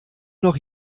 noch